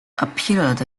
appeared